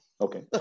Okay